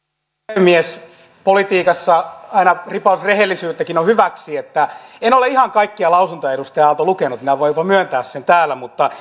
puhemies politiikassa aina ripaus rehellisyyttäkin on hyväksi en ole ihan kaikkia lausuntoja edustaja aalto lukenut minä voin jopa myöntää sen täällä mutta